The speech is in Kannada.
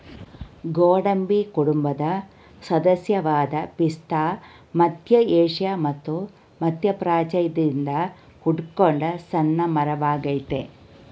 ಗೋಡಂಬಿ ಕುಟುಂಬದ ಸದಸ್ಯವಾದ ಪಿಸ್ತಾ ಮಧ್ಯ ಏಷ್ಯಾ ಮತ್ತು ಮಧ್ಯಪ್ರಾಚ್ಯದಿಂದ ಹುಟ್ಕೊಂಡ ಸಣ್ಣ ಮರವಾಗಯ್ತೆ